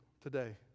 today